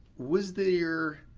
was there